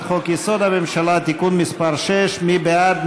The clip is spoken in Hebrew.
חוק-יסוד: הממשלה (תיקון מס' 6). מי בעד?